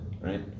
right